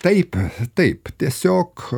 taip taip tiesiog